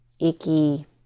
icky